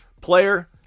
player